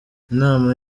inama